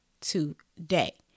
today